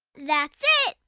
that's it.